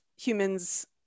humans